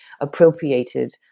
appropriated